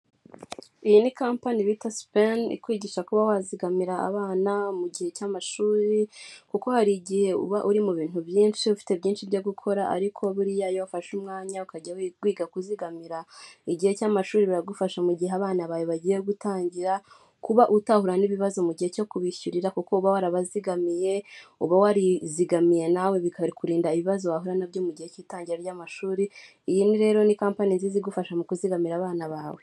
Iyi ni kampaniy bita sipeni ikwigisha kuba wazigamira abana mu gihe cy'amashuri, kuko hari igihe uba uri mu bintu byinshi ufite byinshi byo gukora ariko buriya iyo ufashe umwanya ukajya wi kuzigamira, igihe cy'amashuri biragufasha mu gihe abana bawe bagiye gutangira, kuba utahura n'ibibazo gihe cyo kubishyurira kuko uba warabazigamiye, uba warizigamiye nawe bikakurinda ibibazo wahura nabyo mu gihe cy'itangira ry'amashuri. Iyi ni rero ni kampani nziza igufasha mu kuzigamira abana bawe.